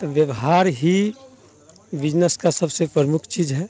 तो व्यवहार ही बिजनेस का सबसे प्रमुख चीज है